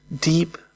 Deep